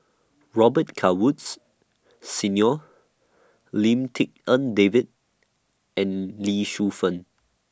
Robet Carr Woods Senior Lim Tik En David and Lee Shu Fen